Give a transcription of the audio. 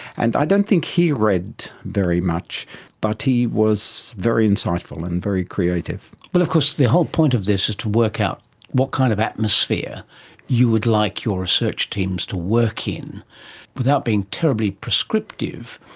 and i don't think he read very much but he was very insightful and very creative. well, of course the whole point of this is to work out what kind of atmosphere you would like your research teams to work in without being terribly prescriptive.